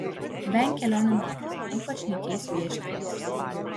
venk kelionių naktį ypač nykiais vieškeliais